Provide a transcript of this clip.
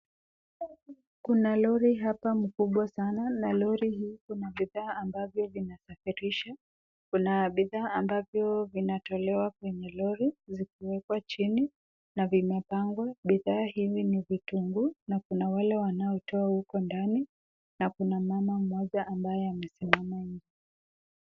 Kuna lori hapa mkubwa sana na lori hii kuna bidhaa ambavyo vinasafirishwa .Kuna bidhaa ambavyo vinatolewa kwenye lori zikiwekwa chini na vimepangwa . Bidhaa hizi ni vitunguu na kuna wale wanaotoa huko ndani na kuna mama mmoja ambaye amesimama nje .